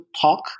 talk